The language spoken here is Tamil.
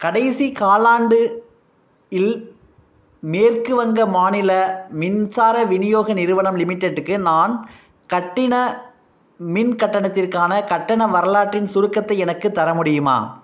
கடைசி காலாண்டு இல் மேற்கு வங்க மாநில மின்சார விநியோக நிறுவனம் லிமிட்டெடுக்கு நான் கட்டின மின் கட்டணத்திற்கான கட்டண வரலாற்றின் சுருக்கத்தை எனக்குத் தர முடியுமா